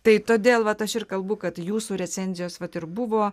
tai todėl vat aš ir kalbu kad jūsų recenzijos vat ir buvo